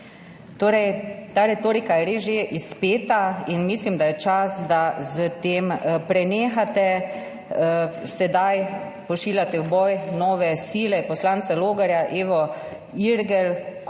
Ta retorika je res že izpeta in mislim, da je čas, da s tem prenehate. Sedaj pošiljate v boj nove sile, poslanca Logarja, Evo Irgl kot